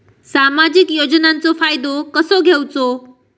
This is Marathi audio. सामाजिक योजनांचो फायदो कसो घेवचो?